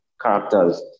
characters